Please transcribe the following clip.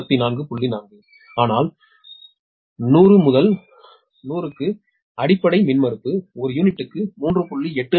4 ஆனால் 100 to க்கு அடிப்படை மின்மறுப்பு ஒரு யூனிட்டுக்கு 3